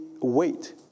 wait